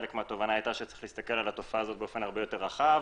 וחלק מהתובנה הייתה שצריך להסתכל על התופעה הזאת באופן יותר רחב.